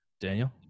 Daniel